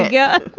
yeah